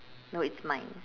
no it's mine